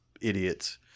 idiots